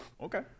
okay